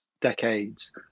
Decades